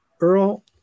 Earl